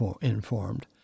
informed